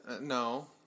No